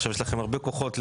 עכשיו יש לכם הרבה כוחות,